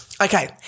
Okay